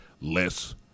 less